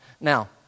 Now